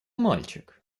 мальчик